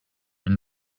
and